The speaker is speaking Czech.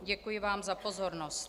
Děkuji vám za pozornost.